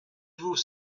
vous